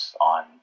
on